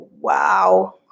wow